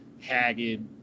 haggard